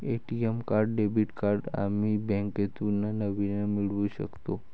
ATM card credit card आम्ही बँकेतून नवीन मिळवू शकतो